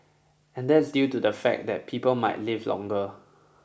and that's due to the fact that people might live longer